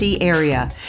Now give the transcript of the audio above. area